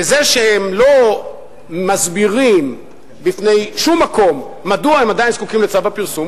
בזה שהם לא מסבירים בפני שום מקום מדוע הם עדיין זקוקים לצו הפרסום,